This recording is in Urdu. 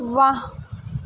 واہ